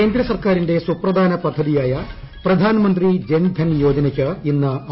കേന്ദ്ര സർക്കാരിന്റെ സുപ്രധാന പദ്ധതിയായ പ്രധാനമന്ത്രി ജൻ ധൻ യോജനയ്ക്ക് ഇന്ന് ആറ് വയസ്സ്